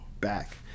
back